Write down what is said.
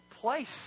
place